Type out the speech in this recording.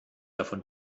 davon